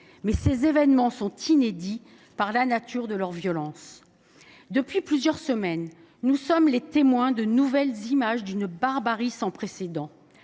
Mais ces événements sont inédits par la nature de leur violence. Depuis plusieurs semaines, nous sommes les témoins de nouvelles images d’une barbarie sans précédent.